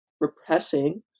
repressing